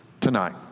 tonight